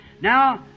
Now